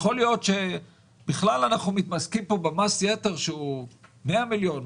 יכול להיות שבכלל אנחנו מתעסקים פה במס יתר שהוא 100 מיליון,